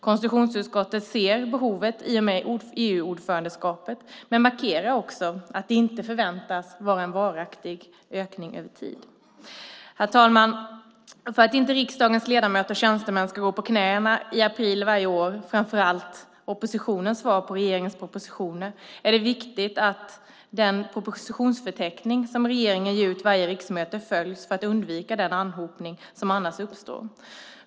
Konstitutionsutskottet ser behovet i och med EU-ordförandeskapet men markerar också att det inte förväntas vara en ökning som varar över tid. Herr talman! För att inte riksdagens ledamöter och tjänstemän ska gå på knäna i april varje år, framför allt på grund av oppositionens svar på regeringens propositioner, är det viktigt att den propositionsförteckning som regeringen ger ut varje riksmöte följs för att undvika den anhopning som annars uppstår.